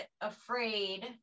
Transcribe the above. afraid